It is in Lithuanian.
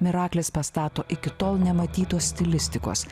miraklis pastato iki tol nematytos stilistikos